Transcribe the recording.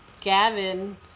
gavin